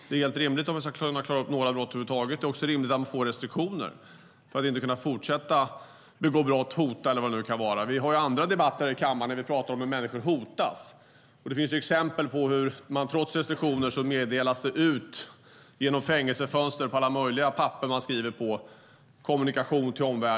Det är helt rimligt om vi ska kunna klara upp några brott över huvud taget. Det är också rimligt att man får restriktioner för att inte kunna fortsätta begå brott, hota eller vad det nu kan vara. Vi för ju andra debatter här i kammaren där vi pratar om hur människor hotas. Det finns exempel på hur det trots restriktioner kommuniceras med omvärlden genom fängelsefönster och alla möjliga papper som man skriver på.